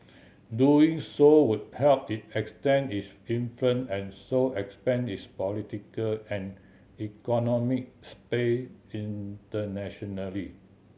doing so would help it extend its influence and so expand its political and economic space internationally